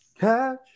Catch